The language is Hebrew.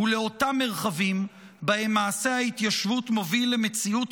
ולאותם מרחבים שבהם מעשה ההתיישבות מוביל למציאות